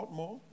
more